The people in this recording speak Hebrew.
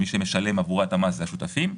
מי שמשלם עבורה את המס הם השותפים,